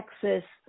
Texas